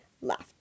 left